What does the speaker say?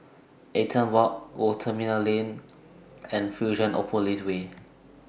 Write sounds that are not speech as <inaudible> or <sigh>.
Eaton Walk Old Terminal Lane and <noise> Fusionopolis Way